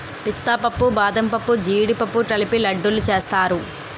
పిస్తా పప్పు బాదంపప్పు జీడిపప్పు కలిపి లడ్డూలు సేస్తారు